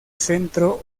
centro